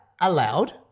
allowed